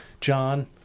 John